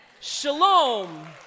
Shalom